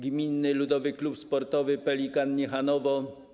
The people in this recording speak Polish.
Gminny Ludowy Klub Sportowy ˝Pelikan˝ Niechanowo.